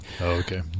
Okay